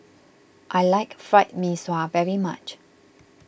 I like Fried Mee Sua very much